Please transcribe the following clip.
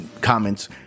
comments